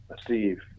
Steve